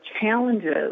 challenges